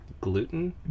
Gluten